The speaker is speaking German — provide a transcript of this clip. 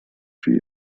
für